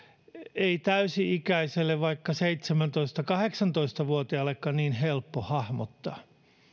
ei täysi ikäiselle seitsemäntoista viiva kahdeksantoista vuotiaallekaan niin helppo hahmottaa